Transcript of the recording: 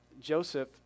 Joseph